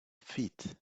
feet